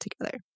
together